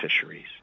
fisheries